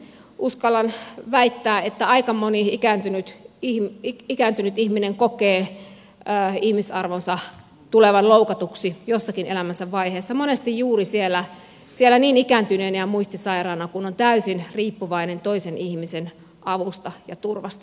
uskallan väittää että aika moni ikääntynyt ihminen kokee ihmisarvonsa tulevan loukatuksi jossakin elämänsä vaiheessa monesti juuri niin ikääntyneenä ja muistisairaana että on täysin riippuvainen toisen ihmisen avusta ja turvasta